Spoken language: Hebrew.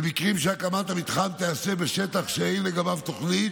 במקרים שהקמת המתחם תיעשה בשטח שאין לגביו תוכנית,